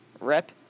Rip